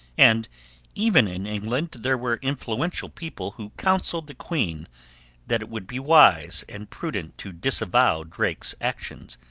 and even in england there were influential people who counselled the queen that it would be wise and prudent to disavow drake's actions,